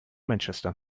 manchester